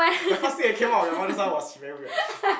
the first thing that came out of your mouth this time was very weird